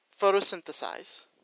photosynthesize